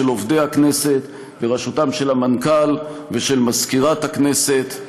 עובדי הכנסת בראשותם של המנכ״ל ושל מזכירת הכנסת.